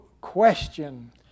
question